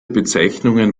bezeichnungen